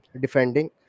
defending